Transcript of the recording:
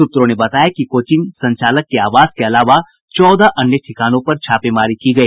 सूत्रों ने बताया कि कोचिंग संचालक के आवास के अलावा चौदह अन्य ठिकानों पर छापेमारी की गई